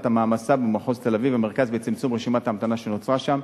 המעמסה במחוז תל-אביב והמרכז ובצמצום רשימת ההמתנה שנוצרה שם.